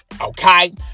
okay